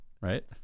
Right